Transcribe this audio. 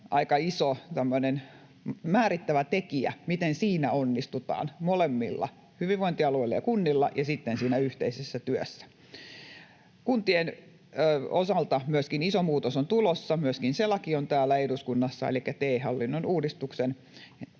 tämmöinen määrittävä tekijä, miten siinä onnistutaan molemmilla, hyvinvointialueilla ja kunnilla, ja sitten siinä yhteisessä työssä. Myöskin kuntien osalta iso muutos on tulossa. Myöskin se laki on täällä eduskunnassa, elikkä TE-hallinnon uudistuksen